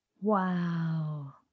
wow